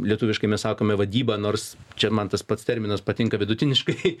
lietuviškai mes sakome vadyba nors čia man tas pats terminas patinka vidutiniškai